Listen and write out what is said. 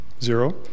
Zero